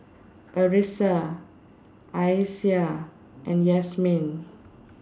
Arissa Aisyah and Yasmin